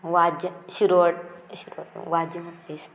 वाज शिरो शिरो वाज म्हटलें दिसता